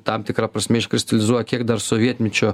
tam tikra prasme iškristalizuoja kiek dar sovietmečio